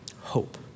Hope